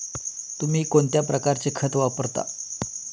तुम्ही कोणत्या प्रकारचे खत वापरता?